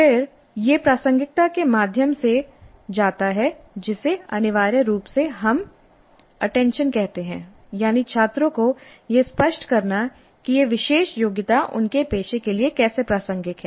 फिर यह प्रासंगिकता के माध्यम से जाता है जिसे अनिवार्य रूप से हम अटेंशन कहते हैं यानी छात्रों को यह स्पष्ट करना कि यह विशेष योग्यता उनके पेशे के लिए कैसे प्रासंगिक है